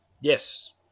Yes